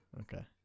Okay